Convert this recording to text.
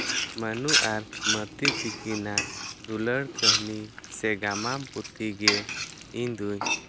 ᱢᱟᱹᱱᱩ ᱟᱨ ᱢᱟᱹᱛᱤ ᱛᱤᱠᱤᱱᱟᱜ ᱫᱩᱞᱟᱹᱲ ᱠᱟᱹᱦᱱᱤ ᱥᱮ ᱜᱟᱢᱟᱢ ᱯᱩᱛᱷᱤ ᱜᱮ ᱤᱧᱫᱩᱧ